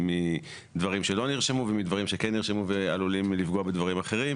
ומדברים שלא נרשמו ומדברים שכן נרשמו ועלולים לפגוע בדברים אחרים,